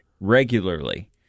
regularly